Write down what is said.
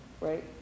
right